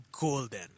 golden